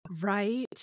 Right